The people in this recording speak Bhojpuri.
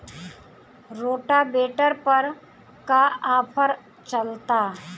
रोटावेटर पर का आफर चलता?